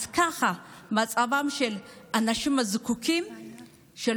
זה המצב שבו